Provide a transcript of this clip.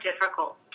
difficult